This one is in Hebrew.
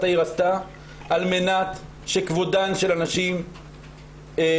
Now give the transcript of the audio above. העיר עשתה על מנת שכבודן של הנשים יישמר.